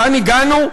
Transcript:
לאן הגענו?